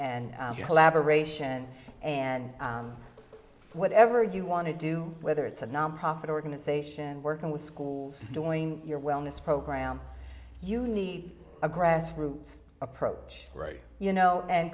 elaboration and whatever you want to do whether it's a nonprofit organization working with school doing your wellness program you need a grassroots approach right you know and